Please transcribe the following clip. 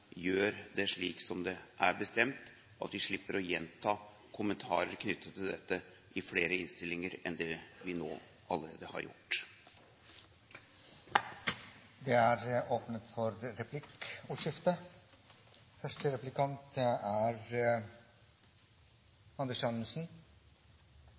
gjør det slik som det er bestemt, og at vi slipper å gjenta kommentarer knyttet til dette i flere innstillinger enn det vi nå allerede har gjort. Det blir replikkordskifte. Jeg føler bare behov for